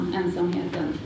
ensamheten